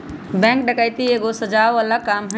bank डकैती एगो सजाओ बला काम हई